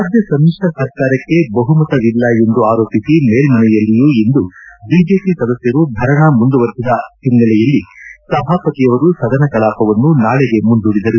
ರಾಜ್ಣ ಸಮಿಶ್ರ ಸರ್ಕಾರಕ್ಷೆ ಬಹುಮತವಿಲ್ಲ ಎಂದು ಆರೋಪಿಸಿ ಮೇಲ್ನನೆಯಲ್ಲಿಯೂ ಇಂದು ಬಿಜೆಪಿ ಸದಸ್ದರು ಧರಣಿ ಮುಂದುವರಿಸಿದ ಹಿನ್ನೆಲೆಯಲ್ಲಿ ಸಭಾಪತಿಯವರು ಸದನ ಕಲಾಪವನ್ನು ನಾಳೆಗೆ ಮುಂದೂಡಲಾಗಿದೆ